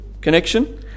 connection